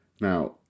now